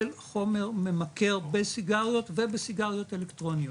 חומר ממכר בסיגריות ובסיגריות אלקטרוניות,